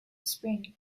spring